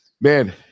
Man